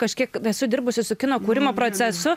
kažkiek esu dirbusi su kino kūrimo procesu